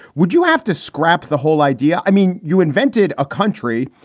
would you have to scrap the whole idea? i mean, you invented a country.